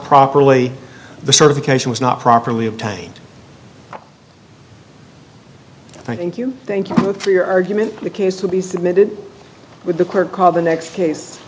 properly the certification was not properly obtained thank you thank you for your argument the case to be submitted with the court called the next case